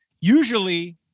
usually